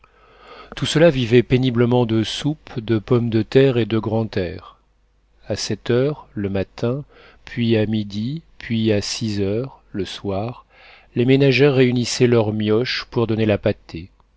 tout cela vivait péniblement de soupe de pommes de terre et de grand air a sept heures le matin puis à midi puis à six heures le soir les ménagères réunissaient leurs mioches pour donner la pâtée